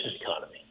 economy